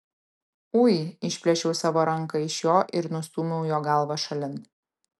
ui išplėšiau savo ranką iš jo ir nustūmiau jo galvą šalin